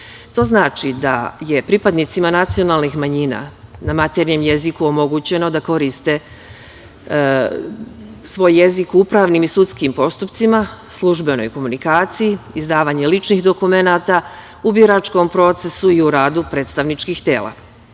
To znači da je pripadnicima nacionalnih manjina na maternjem jeziku omogućeno da mogu da koriste svoj jezik u upravnim i sudskim postupcima, službenoj komunikaciji, izdavanje ličnih dokumenata, u biračkom procesu i u radu predstavničkih